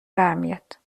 برمیاد